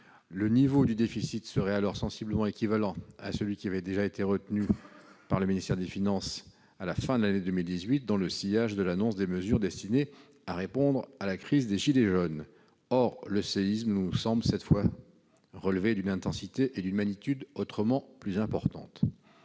Le niveau du déficit serait alors sensiblement équivalent à celui qu'avait déjà retenu le ministère de l'économie et des finances à la fin de l'année 2018, dans le sillage de l'annonce des mesures destinées à répondre à la crise des « gilets jaunes ». Or le séisme nous semble cette fois-ci relever d'une intensité et d'une magnitude autrement plus importantes